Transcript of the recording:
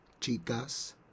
chicas